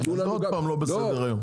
תנו לנו גם --- זה עוד פעם לא בסדר היום.